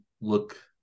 look